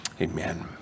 amen